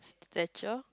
stretcher